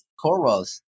corals